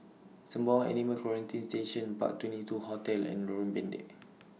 Sembawang Animal Quarantine Station Park twenty two Hotel and Lorong Pendek